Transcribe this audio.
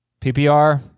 PPR